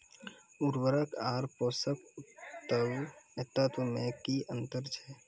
उर्वरक आर पोसक तत्व मे की अन्तर छै?